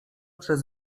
przez